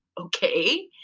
okay